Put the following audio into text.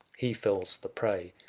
he fells the prey.